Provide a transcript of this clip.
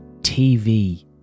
TV